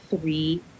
three